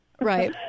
right